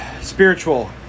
Spiritual